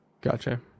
Gotcha